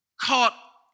caught